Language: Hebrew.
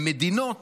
הן מדינות